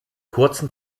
kurzen